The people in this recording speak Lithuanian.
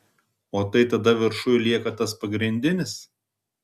o tai tada viršuj lieka tas pagrindinis